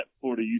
Florida